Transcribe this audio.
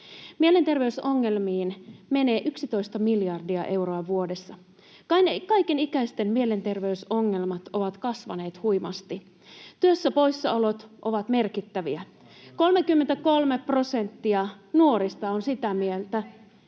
Mielenterveysongelmiin menee 11 miljardia euroa vuodessa. Kaikenikäisten mielenterveysongelmat ovat kasvaneet huimasti. Työpoissaolot ovat merkittäviä. [Annika Saarikko: Ja näistä